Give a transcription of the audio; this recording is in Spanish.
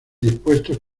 dispuestos